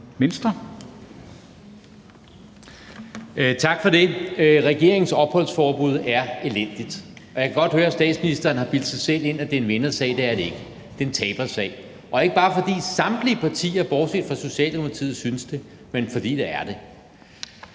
Tak for det. Regeringens opholdsforbud er elendigt, og jeg kan godt høre, at statsministeren har bildt sig selv ind, at det er en vindersag. Det er det ikke. Det er en tabersag. Det er ikke bare, fordi samtlige partier bortset fra Socialdemokratiet synes det, men fordi det er det.